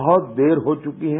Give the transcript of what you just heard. बहुत देर हो चुकी है